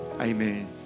Amen